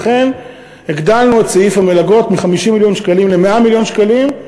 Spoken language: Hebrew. לכן הגדלנו את סעיף המלגות מ-50 מיליון שקלים ל-100 מיליון שקלים.